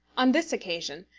on this occasion,